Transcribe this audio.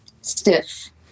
stiff